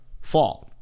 fall